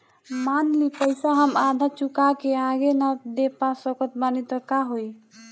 मान ली पईसा हम आधा चुका के आगे न दे पा सकत बानी त का होई?